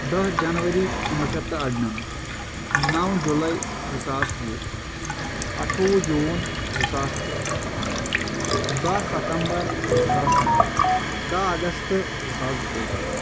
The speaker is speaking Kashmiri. دہ جنوری کُنوُہ شٮ۪تھ تہٕ ارٕنمتھ نو جُلے زٕ ساس وُہ اٹھووُہ جوٗن زٕ ساس ترےٚ بہہ ستمبر زٕ ساس نو کہہ اگست زٕ ساس تٕہ زٕتووُہ